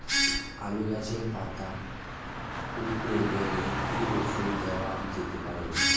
আলু গাছের পাতা কুকরে গেছে কি ঔষধ দেওয়া যেতে পারে?